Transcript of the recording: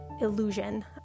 illusion